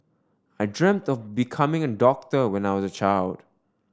I dreamt of becoming a doctor when I was a child